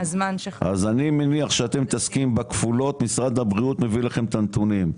אני מניח שאתם מתעסקים בכפולות ומשרד הבריאות נותן לכם את הנתונים.